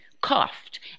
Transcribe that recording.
coughed